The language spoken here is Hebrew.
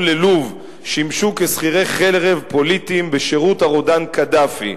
ללוב שימשו כשכירי חרב פוליטיים בשירות הרודן קדאפי.